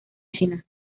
china